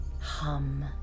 hum